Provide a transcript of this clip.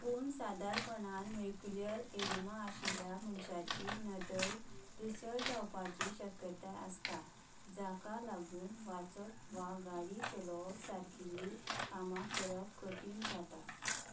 पूण सादारपणान macular oedema आशिल्ल्या मनशाची नदर धूसर जावपाची शक्यताय आसता जाका लागून वाचप वा गाडी चलोवप सारकिल्लीं कामां करप कठीण जाता